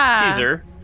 teaser